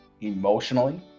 emotionally